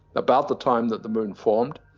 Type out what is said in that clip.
about the time that the moon formed.